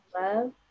love